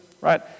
right